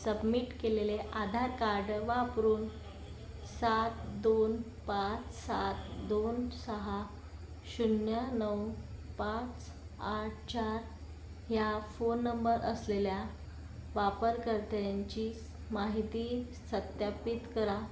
submit केलेले Aadhaar card वापरून सात दोन पाच सात दोन सहा शून्य नऊ पाच आठ चार या फोन नंबर असलेल्या वापरकर्त्यांची माहिती सत्यापित करा